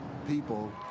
people